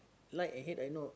like and hate I know